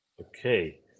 Okay